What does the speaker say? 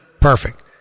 Perfect